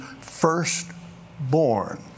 firstborn